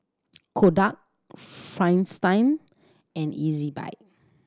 Kodak Fristine and Ezbuy